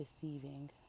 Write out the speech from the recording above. deceiving